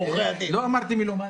לא אמרתי "מלומד".